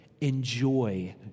enjoy